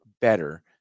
better